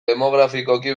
demografikoki